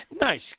nice